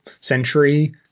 century